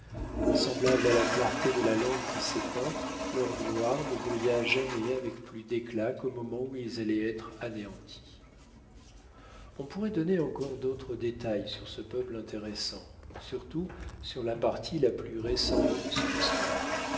semblable à la clarté de la lampe qui s'éteint leur gloire ne brilla jamais avec plus d'éclat qu'au moment où ils allaient être anéantis on pourrait donner encore d'autres détails sur ce peuple intéressant surtout sur la partie la plus récente de son histoire